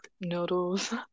noodles